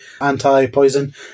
anti-poison